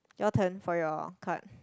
your turn for your card